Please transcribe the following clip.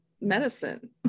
medicine